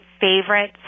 favorite